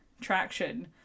traction